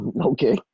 Okay